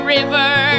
river